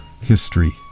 history